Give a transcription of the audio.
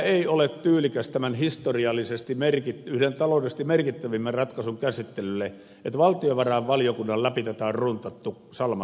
ei ole tyylikästä tämän historiallisesti yhden taloudellisesti merkittävimmän ratkaisun käsittelylle että valtiovarainvaliokunnan läpi tätä on runtattu salamasotana